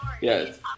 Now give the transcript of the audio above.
Yes